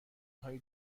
های